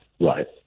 Right